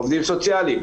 עובדים סוציאליים,